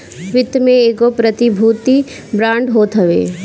वित्त में एगो प्रतिभूति बांड होत हवे